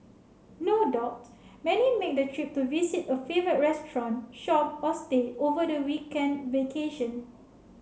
no doubt many make the trip to visit a favourite restaurant shop or stay over the weekend vacation